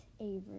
Avery